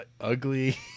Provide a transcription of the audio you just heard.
ugly